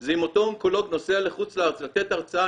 זה אם אותו אונקולוג נוסע לחוץ לארץ לתת הרצאה